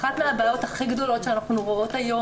אחת מהבעיות הכי גדולות שאנחנו רואות היום